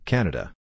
Canada